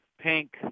pink